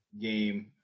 game